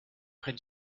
près